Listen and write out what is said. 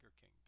King